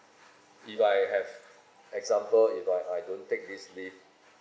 if I have example if I I don't take this leave